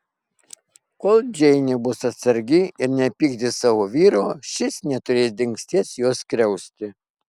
kol džeinė bus atsargi ir nepykdys savo vyro šis neturės dingsties jos skriausti